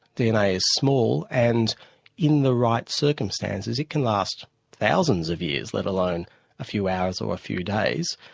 dna is small, and in the right circumstances, it can last thousands of years, let alone a few hours or a few days.